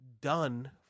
done